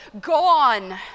gone